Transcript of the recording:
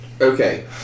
Okay